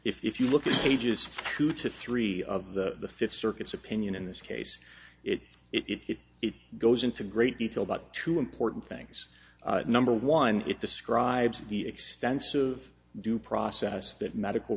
if you look at pages two to three of the fifth circuits opinion in this case it if it goes into great detail but two important things number one it describes the extensive due process that medical